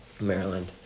Maryland